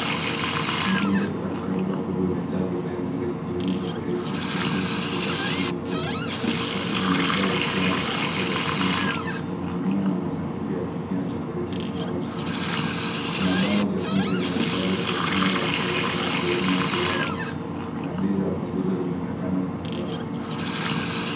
Njia ndefu katika duka kubwa imejaa bidhaa nyingi ikiwemo chokoleti, pipi, na vitafunio vingine. Rafu zimejaa zikiwa na pakiti za sneakers zikininginia na masanduku ya pipi na chokoleti yamepangwa chini yake. Kuna bango jekundu lenye mshale inayoelekezwa kwenye sehemu ya Clearance na bei za punguzo zinaonekana kwenye rafu.